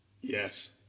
Yes